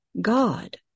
God